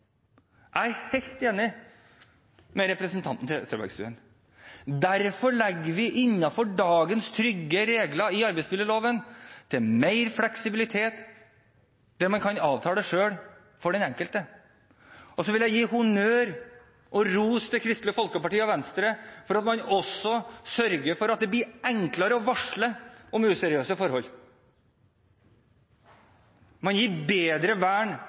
Jeg er helt enig med representanten Trettebergstuen. Derfor legger vi innenfor dagens trygge regler i arbeidsmiljøloven opp til mer fleksibilitet der den enkelte selv kan avtale. Så vil jeg gi honnør og ros til Kristelig Folkeparti og Venstre for at man også sørger for at det blir enklere å varsle om useriøse forhold. Man gir bedre vern